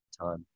time